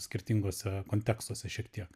skirtinguose kontekstuose šiek tiek